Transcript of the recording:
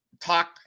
talk